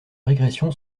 régression